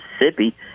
Mississippi